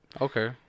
Okay